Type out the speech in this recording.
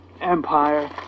Empire